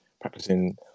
practicing